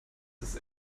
ist